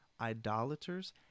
idolaters